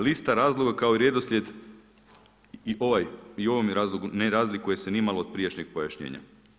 Lista razloga kao i redoslijed i ovaj, i u ovom razlogu ne razlikuje se nimalo od prijašnjeg pojašnjenja.